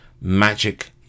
magic